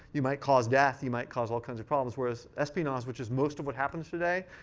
you might cause death. you might cause all kinds of problems, whereas espionage, which is most of what happens today,